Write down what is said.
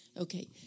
Okay